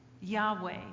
Yahweh